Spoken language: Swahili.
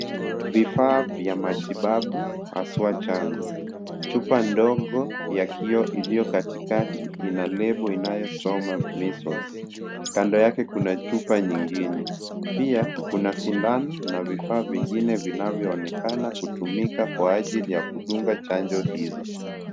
Vifaa vya matibabu haswa chanjo, chupa ndogo ya kioo iliyo katikati ina label inayosoma Measles, kando yake kuna chupa nyingine, pia kuna sindano na vifaa vingine vinavyoonekana kutumika kwa ajili ya kudunga chanjo hizo.